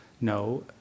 no